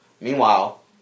Meanwhile